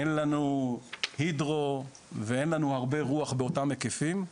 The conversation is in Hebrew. אין לנו הידרו ואין לנו הרבה רוח באותם היקפים.